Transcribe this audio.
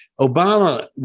Obama